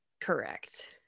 Correct